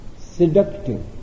seductive